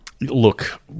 Look